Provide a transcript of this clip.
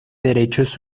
derechos